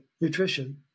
nutrition